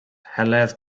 heledd